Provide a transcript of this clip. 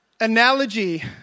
analogy